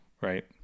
right